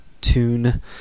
tune